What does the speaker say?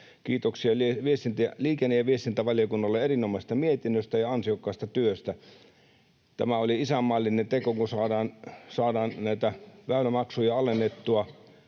Kiitoksia liikenne- ja viestintävaliokunnalle erinomaisesta mietinnöstä ja ansiokkaasta työstä. Tämä oli isänmaallinen teko, kun saadaan näitä väylämaksuja alennettua